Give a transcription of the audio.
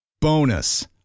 Bonus